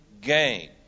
gain